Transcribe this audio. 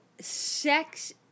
sex